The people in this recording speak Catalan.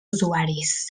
usuaris